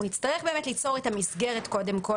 אנחנו נצטרך באמת קודם כל ליצור את המסגרת ולהגיד